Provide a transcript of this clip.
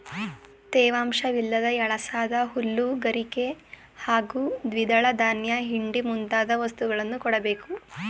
ತೇವಾಂಶವಿಲ್ಲದ ಎಳಸಾದ ಹುಲ್ಲು ಗರಿಕೆ ಹಾಗೂ ದ್ವಿದಳ ಧಾನ್ಯ ಹಿಂಡಿ ಮುಂತಾದ ವಸ್ತುಗಳನ್ನು ಕೊಡ್ಬೇಕು